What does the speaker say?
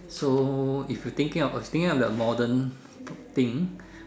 so if you thinking of if you thinking of the modern thing